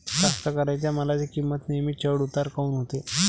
कास्तकाराइच्या मालाची किंमत नेहमी चढ उतार काऊन होते?